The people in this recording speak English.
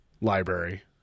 library